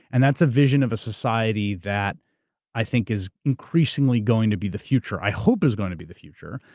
and that's a vision of a society that i think is increasingly going to be the future. i hope is going to be the future.